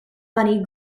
money